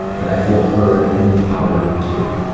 but i feel heard and empowered, too.